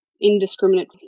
indiscriminate